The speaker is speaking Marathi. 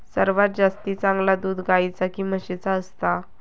सर्वात जास्ती चांगला दूध गाईचा की म्हशीचा असता?